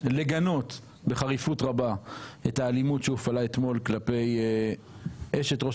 ולגנות בחריפות רבה את האלימות שהופעלה אתמול כלפי אשת ראש